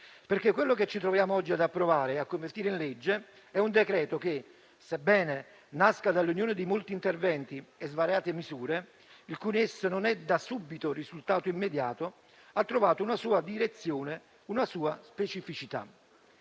frutti. Quello che ci troviamo oggi ad approvare e a convertire in legge è un decreto che, sebbene nasca dall'unione di molti interventi e svariate misure, il cui nesso non è da subito risultato immediato, ha trovato una sua direzione e una sua specificità.